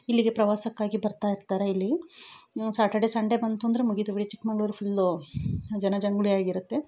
ಇಲ್ಲಿಗೆ ಪ್ರವಾಸಕ್ಕಾಗಿ ಬರ್ತಾ ಇರ್ತಾರೆ ಇಲ್ಲಿ ಸಾಟರ್ಡೆ ಸಂಡೇ ಬಂತು ಅಂದರೆ ಮುಗಿತು ಬಿಡಿ ಚಿಕ್ಕಮಗಳೂರು ಫುಲ್ಲು ಜನ ಜಂಗುಳಿ ಆಗಿರುತ್ತೆ